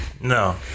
No